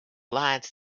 lines